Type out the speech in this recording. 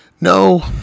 No